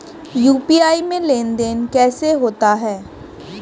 UPI में लेनदेन कैसे होता है?